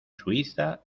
suiza